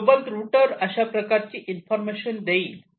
global router अशा प्रकारची information देईल